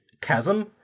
Chasm